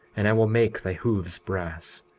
and i will make thy hoofs brass.